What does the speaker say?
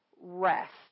rest